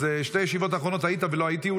אז בשתי הישיבות האחרונות היית ולא הייתי,